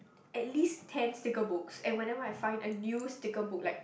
at least ten sticker books and whenever I find a new sticker book like